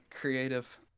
creative